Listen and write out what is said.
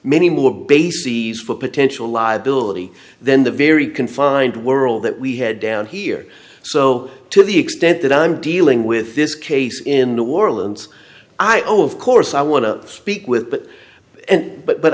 many more bases for potential liability then the very confined world that we have down here so to the extent that i'm dealing with this case in new orleans i over the course i want to speak with but and but